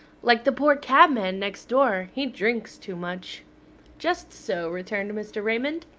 like the poor cabman next door. he drinks too much just so, returned mr. raymond.